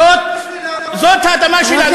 זאת האדמה שלנו.